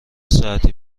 ساعتی